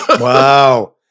Wow